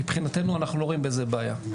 מבחינתנו אנחנו לא רואים בזה בעיה.